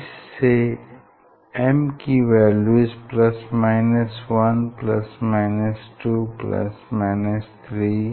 इससे m की values ±1 ±2 ±3